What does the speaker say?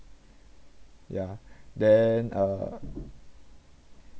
ya then uh